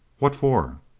what for?